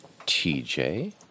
TJ